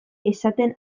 esaten